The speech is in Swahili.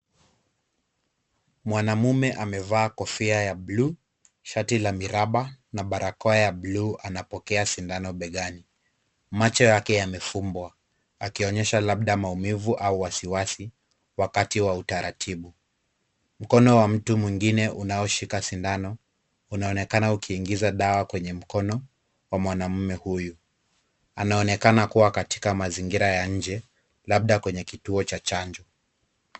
Mwanamume amevaa kofia ya bluu, shati la miraba, na barakoa ya bluu anapokea sindano begani. Macho yake yamefumbwa, akionyesha labda maumivu au wasiwasi, wakati wa utaratibu. Mkono wa mtu mwingine unaoshika sindano unaonekana ukiingiza dawa kwenye mkono, wa mwanamume huyu. Anaonekana kuwa katika mazingira ya nje, labda kwenye kituo cha chanjo.